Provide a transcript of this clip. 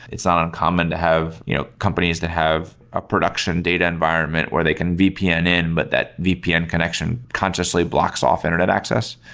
it's not uncommon to have you know companies that have a production data environment where they can vpn in, but that vpn connection consciously blocks off internet access.